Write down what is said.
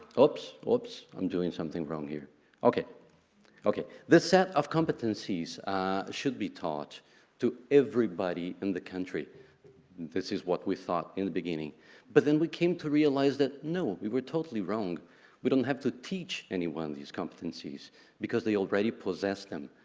oops oops i'm doing something wrong here ok ok this set of competencies should be taught to everybody in the country this is what we thought in the beginning but then we came to realize that no we were totally wrong we don't have to teach anyone these competencies because they already possess them,